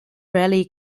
rarely